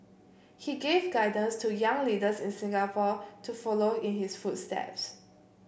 he gave guidance to young leaders in Singapore to follow in his footsteps